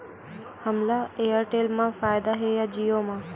हमला एयरटेल मा फ़ायदा हे या जिओ मा?